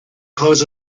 close